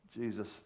Jesus